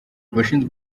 abashinzwe